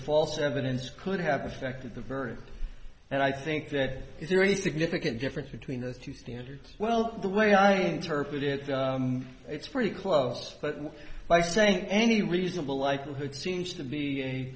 false evidence could have affected the verdict and i think that is there any significant difference between those two standards well the way i interpret it it's pretty close but not by saying any reasonable likelihood seems to be a